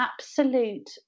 absolute